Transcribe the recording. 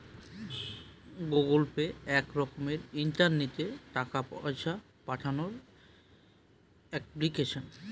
Google pay এক রকমের ইন্টারনেটে টাকা পয়সা পাঠানোর এপ্লিকেশন